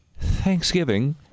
Thanksgiving